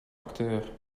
acteur